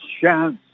chance